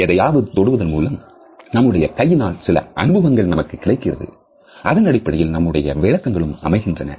நாம் எதையாவது தொடுவதன் மூலம் நம்முடைய கையினால் சில அனுபவங்கள் நமக்கு கிடைக்கிறது அதனடிப்படையில் நம்முடைய விளக்கங்களும் அமைகின்றன